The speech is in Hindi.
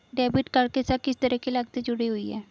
डेबिट कार्ड के साथ किस तरह की लागतें जुड़ी हुई हैं?